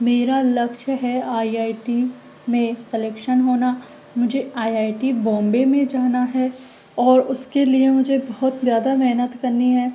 मेरा लक्ष्य है आई आई टी में सलेक्शन होना मुझे आई आई टी बॉम्बे में जाना है और उसके लिए मुझे बहुत ज़्यादा मेहनत करनी है